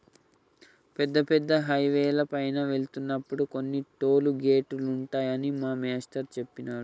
పెద్ద పెద్ద హైవేల పైన వెళ్తున్నప్పుడు కొన్ని టోలు గేటులుంటాయని మా మేష్టారు జెప్పినారు